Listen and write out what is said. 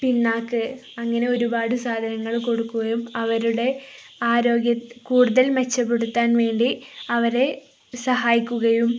പിണ്ണാക്ക് അങ്ങനെ ഒരുപാട് സാധനങ്ങള് കൊടുക്കുകയും അവരുടെ ആരോഗ്യം കൂടുതൽ മെച്ചപ്പെടുത്താൻ വേണ്ടി അവരെ സഹായിക്കുകയും